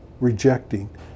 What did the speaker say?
rejecting